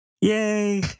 Yay